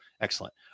excellent